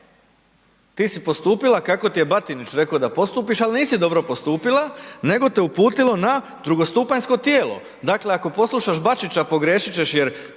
ti si postupila kako ti je Batinić rekao da postupiš, al nisi dobro postupila, nego te uputilo na drugostupanjsko tijelo. Dakle, ako poslušaš Bačića pogriješit ćeš jer